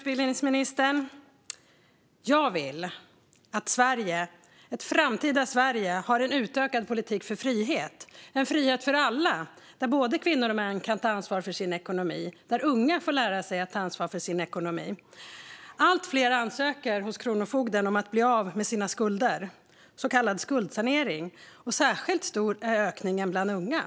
Fru talman! Jag vill att ett framtida Sverige ska ha en utökad politik för frihet - en frihet för alla, där både kvinnor och män kan ta ansvar för sin ekonomi och där unga får lära sig detta. Allt fler ansöker hos Kronofogden om att bli av med sina skulder, så kallad skuldsanering. Särskilt stor är ökningen bland unga.